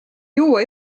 juua